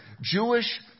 Jewish